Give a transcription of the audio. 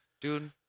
Dude